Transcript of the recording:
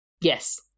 Yes